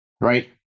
right